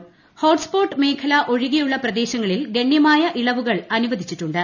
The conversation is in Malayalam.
ഹ്ഹോട്ട്സ്പോട്ട് മേഖല ഒഴികെയുള്ള പ്രദേശങ്ങളിൽ ഗണ്യമാ്യുഇള്വുകൾ അനുവദിച്ചിട്ടുണ്ട്